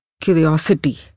Curiosity